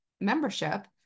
membership